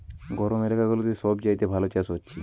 গরম এলাকা গুলাতে সব চাইতে ভালো চাষ হচ্ছে